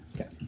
Okay